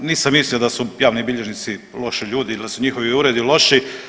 Pa nisam mislio da su javni bilježnici loši ljudi ili da su njihovi uredi loši.